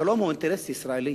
שלום הוא אינטרס ישראלי